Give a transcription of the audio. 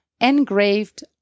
engraved